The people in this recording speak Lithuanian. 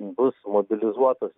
bus mobilizuotos